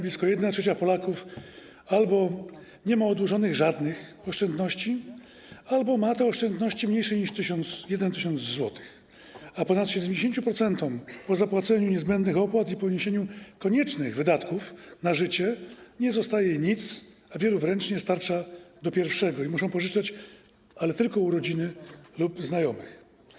Blisko 1/3 Polaków albo nie ma odłożonych żadnych oszczędności, albo ma te oszczędności mniejsze niż 1 tys. zł, a ponad 70% po uiszczeniu niezbędnych opłat i poniesieniu koniecznych wydatków na życie nie zostaje nic, a wielu wręcz nie starcza do pierwszego i muszą pożyczać, ale tylko u rodziny lub znajomych.